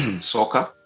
soccer